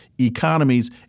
economies